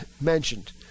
mentioned